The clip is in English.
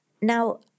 Now